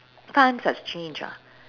times have changed ah